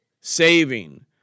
saving